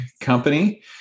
company